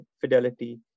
fidelity